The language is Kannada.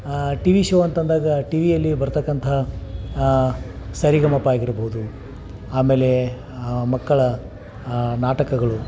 ಟಿವಿ ಶೋ ಅಂತಂದಾಗ ಟಿ ವಿಯಲ್ಲಿ ಬರತಕ್ಕಂತಹ ಸರಿಗಮಪ ಆಗಿರ್ಬೋದು ಆಮೇಲೆ ಮಕ್ಕಳ ನಾಟಕಗಳು